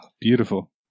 Beautiful